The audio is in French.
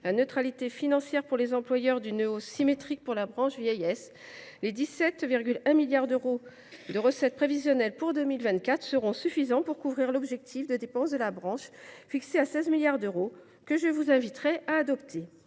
la neutralité financière pour les employeurs d’une hausse symétrique des taux pour la branche vieillesse, les 17,1 milliards d’euros de recettes prévisionnelles pour 2024 seront suffisants pour couvrir l’objectif de dépenses de la branche, fixé à 16 milliards d’euros, que je vous inviterai à adopter.